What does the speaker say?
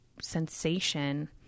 sensation